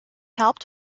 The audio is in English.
helped